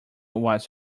was